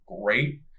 great